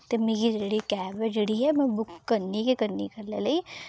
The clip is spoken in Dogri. ते मिगी जेह्ड़ी कैब ऐ जेह्ड़ी ऐ में बुक करनी गै करनी कल्लै लेई